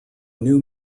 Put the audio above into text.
new